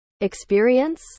experience